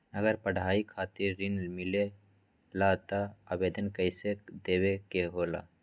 अगर पढ़ाई खातीर ऋण मिले ला त आवेदन कईसे देवे के होला?